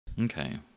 Okay